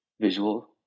visual